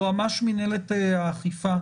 יועמ"ש מינהלת האכיפה,